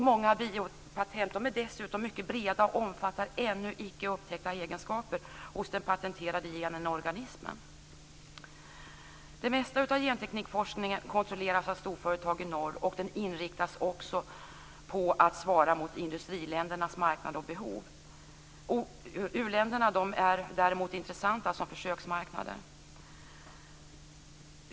Många biopatent är dessutom mycket breda och omfattar ännu icke upptäckta egenskaper hos den patenterade genen eller organismen. Det mesta av genteknikforskningen kontrolleras av storföretag i norr, och den inriktas också på att svara mot industriländernas marknad och behov. U länderna är däremot intressanta som försöksmarknader.